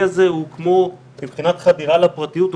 מבחינת חדירה לפרטיות,